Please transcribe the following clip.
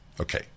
Okay